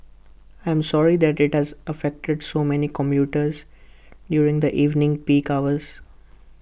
I'm sorry that IT has affected so many commuters during the evening peak hours